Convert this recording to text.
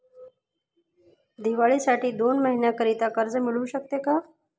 दिवाळीसाठी दोन महिन्याकरिता कर्ज मिळू शकते का?